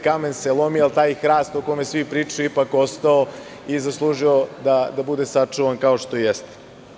Kamen se lomi, ali taj hrast o kome svi pričaju je ipak ostao i zaslužuje da bude sačuvan, kao što jeste.